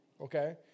Okay